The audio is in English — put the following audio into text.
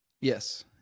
Yes